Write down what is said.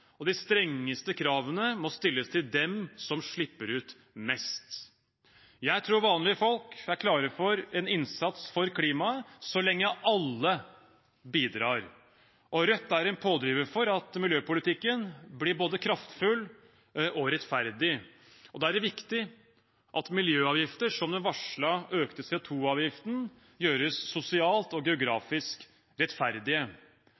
og de strengeste kravene må stilles til dem som slipper ut mest. Jeg tror vanlige folk er klare for en innsats for klimaet så lenge alle bidrar. Rødt er en pådriver for at miljøpolitikken blir både kraftfull og rettferdig. Da er det viktig at miljøavgifter som den varslede økte CO2-avgiften gjøres sosialt og